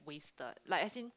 wasted like as in